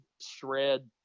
shred